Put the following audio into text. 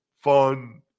fun